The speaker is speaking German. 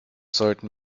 sollten